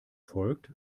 folgt